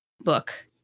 book